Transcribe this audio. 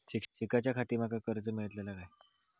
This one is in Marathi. शिकाच्याखाती माका कर्ज मेलतळा काय?